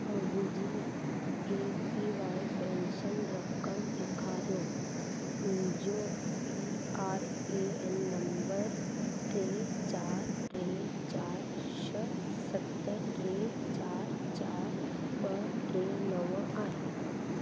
मुंहिंजी A P Y pension रक़म ॾेखारियो मुंहिंजो P R A N number टे चारि टे चारि शह सत टे चारि चारि ॿ टे नव आहे